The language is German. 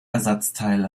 ersatzteil